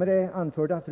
Med det anförda